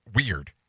weird